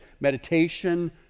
meditation